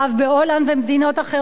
בהולנד ובמדינות אחרות,